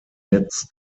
netz